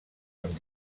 amb